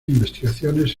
investigaciones